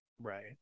Right